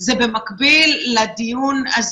זה בהחלט נכון,